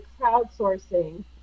crowdsourcing